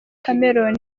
cameroun